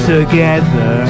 Together